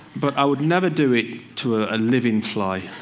but i would never do it to a living fly.